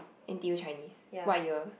n_t_u Chinese what year